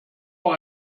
noch